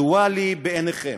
לקונסנזואלי בעיניכם?